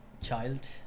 child